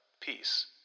Peace